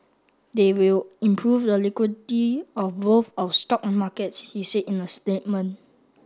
they will improve the liquidity of both our stock markets he said in a statement